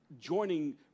joining